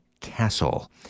Castle